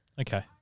Okay